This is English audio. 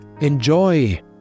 enjoy